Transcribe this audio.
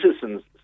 citizens